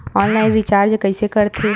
Online recharge कइसे करथे?